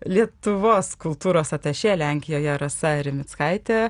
lietuvos kultūros atašė lenkijoje rasa rimickaitė